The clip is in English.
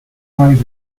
ivy